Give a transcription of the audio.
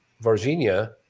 Virginia